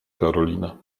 karolina